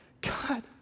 God